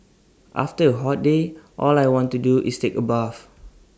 after A hot day all I want to do is take A bath